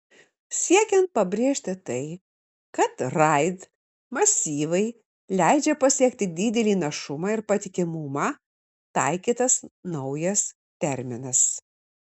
siekiant pabrėžti tai kad raid masyvai leidžia pasiekti didelį našumą ir patikimumą taikytas naujas terminas